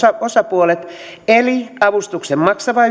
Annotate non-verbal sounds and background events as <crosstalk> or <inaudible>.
osapuolet eli avustuksen maksava <unintelligible>